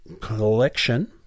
collection